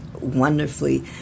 wonderfully